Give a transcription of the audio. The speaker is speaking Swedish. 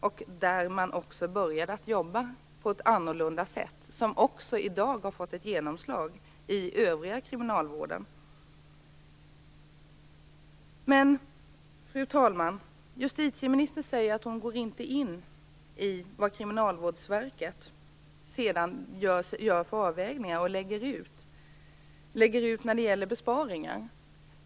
Det var där man började att jobba på ett annorlunda sätt, och det har fått ett genomslag i övriga kriminalvården i dag. Fru talman! Justitieministern säger att hon inte kommenterar vad Kriminalvårdsstyrelsen gör för avvägningar och var man lägger ut besparingar.